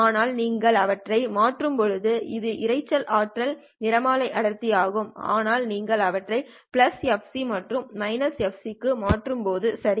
ஆனால் நீங்கள் அவற்றை மாற்றும்போது இது இரைச்சலின் ஆற்றல் நிறமாலை அடர்த்தி ஆகும் ஆனால் நீங்கள் அவற்றை fc மற்றும் fc க்கு மாற்றும்போது சரி